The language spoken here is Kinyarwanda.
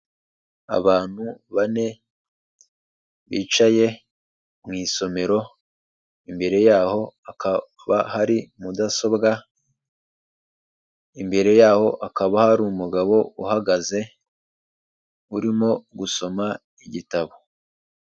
Abantu bane bicaye mu isomero, imbere yaho hakaba hari mudasobwa, imbere yaho hakaba hari umugabo uhagaze, urimo gusoma igitabo.